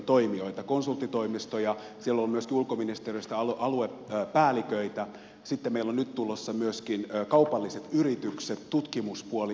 konsulttitoimistoja siellä on ollut myöskin ulkoministeriöstä aluepäälliköitä sitten meillä on nyt tulossa myöskin kaupalliset yritykset tutkimuspuoli yliopistot